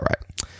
right